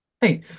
Hey